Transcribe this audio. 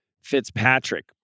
Fitzpatrick